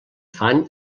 fan